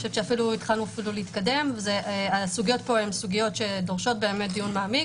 אני חשובת שהתחלנו להתקדם והסוגיות פה דורשות דיון מעמיק